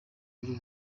y’u